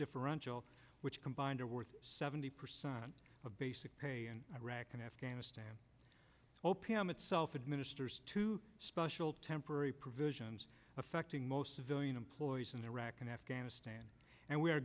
differential which combined are worth seventy percent of basic pay in iraq and afghanistan opium itself administers to special temporary provisions affecting most civilian employees in iraq and afghanistan and we are